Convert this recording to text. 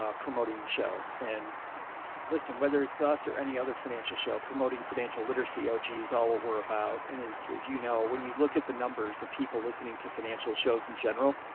ah promoting the show and listen, whether it's us or any other financial show promoting financial literacy. oh, gee, is all what we're about. and is, you know, when you look at the numbers of people listening to financial shows in general.